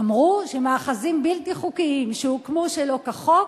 אמרו שמאחזים בלתי חוקיים שהוקמו שלא כחוק,